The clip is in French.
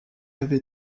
avait